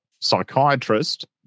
psychiatrist